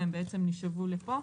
והן נשאבו לפה.